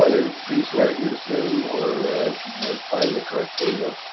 wanna restart your zoom or find the correct window.